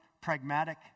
pragmatic